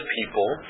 people